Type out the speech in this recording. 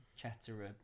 Chatterer